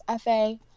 FA